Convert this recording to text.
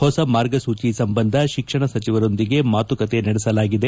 ಹೊಸ ಮಾರ್ಗಸೂಜಿ ಸಂಬಂಧ ಶಿಕ್ಷಣ ಸಚಿವರೊಂದಿಗೆ ಮಾತುಕತೆ ನಡೆಸಲಾಗಿದೆ